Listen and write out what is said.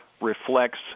reflects